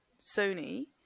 Sony